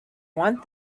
want